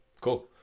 Cool